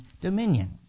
dominion